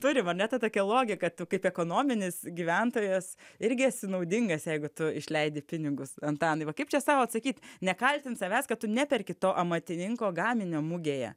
turim ar ne tą tokią logiką kaip ekonominis gyventojas irgi esi naudingas jeigu tu išleidi pinigus antanai va kaip čia sau atsakyt nekaltint savęs kad tu neperki to amatininko gaminio mugėje